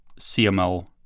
CML